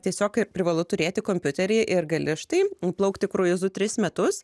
tiesiog ir privalu turėti kompiuterį ir gali štai plaukti kruizu tris metus